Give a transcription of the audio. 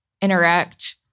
interact